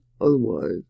otherwise